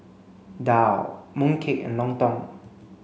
Daal Mooncake and Lontong